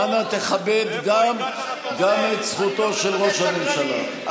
תכבד גם את זכותו של ראש הממשלה.